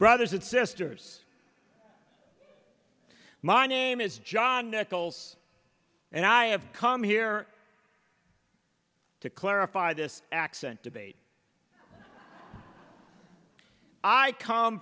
brothers and sisters my name is john nichols and i have come here to clarify this accent debate i come